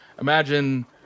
Imagine